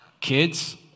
Kids